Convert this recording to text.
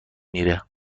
میره